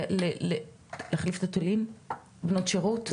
בנות שירות,